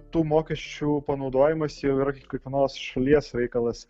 tų mokesčių panaudojimas jau yra kiekvienos šalies reikalas